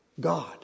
God